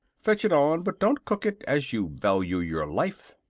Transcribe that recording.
fetch it on, but don't cook it, as you value your life.